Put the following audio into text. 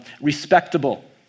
respectable